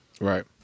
Right